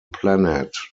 planet